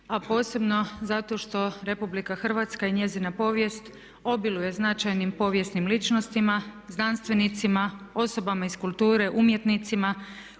a posebno zato što Republika Hrvatska i njezina povijest obiluje značajnim povijesnim ličnostima, znanstvenicima, osobama iz kulture, umjetnicima